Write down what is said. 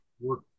work